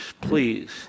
please